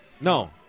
No